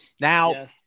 Now